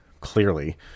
clearly